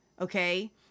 Okay